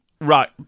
Right